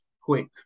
quick